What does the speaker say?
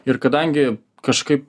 ir kadangi kažkaip